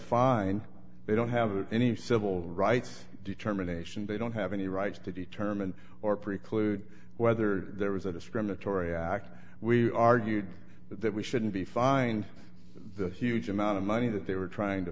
fine they don't have any civil rights determination they don't have any rights to determine or preclude whether there was a discriminatory act we argued that we shouldn't be fined the huge amount of money that they were trying to